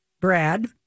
Brad